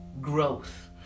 growth